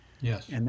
Yes